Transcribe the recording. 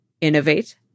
innovate